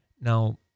Now